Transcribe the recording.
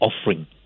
offering